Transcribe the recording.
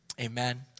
amen